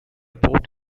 port